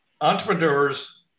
entrepreneurs